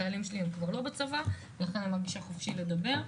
החיילים שלי כבר לא בצבא ולכן אני מרגישה חופשי לדבר,